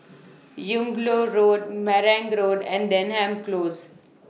Yung Loh Road Marang Road and Denham Close